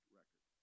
record